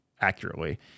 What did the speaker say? accurately